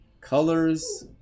colors